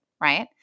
right